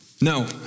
No